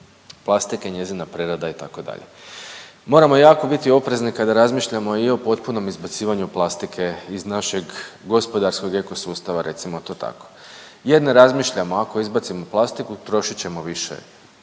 plastike, njezina prerada itd., moramo jako biti oprezni kada razmišljamo i o potpuno izbacivanju plastike iz našeg gospodarskog eko sustava recimo to tako jer ne razmišljamo ako izbacimo plastiku trošit ćemo više recimo